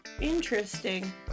Interesting